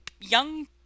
young